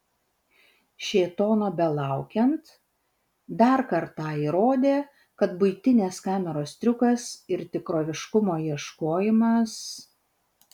šėtono belaukiant dar kartą įrodė kad buitinės kameros triukas ir tikroviškumo ieškojimas